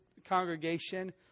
Congregation